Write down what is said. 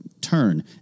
turn